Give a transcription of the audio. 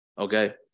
okay